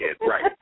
right